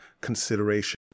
consideration